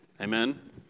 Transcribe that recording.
Amen